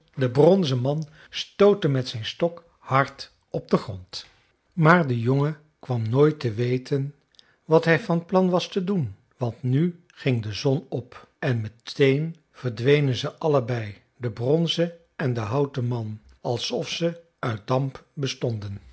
de bronzen man stootte met zijn stok hard op den grond maar de jongen kwam nooit te weten wat hij van plan was te doen want nu ging de zon op en meteen verdwenen ze allebei de bronzen en de houten man alsof ze uit damp bestonden